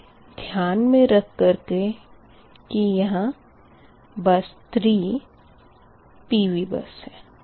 यह ध्यान मे रख कर कर के यहाँ बस 3 PV बस है